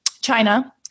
China